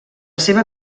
seva